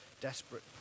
desperate